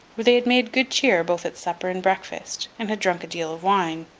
where they had made good cheer, both at supper and breakfast, and had drunk a deal of wine.